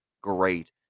great